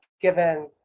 given